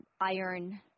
iron